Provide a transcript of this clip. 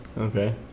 Okay